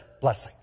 blessing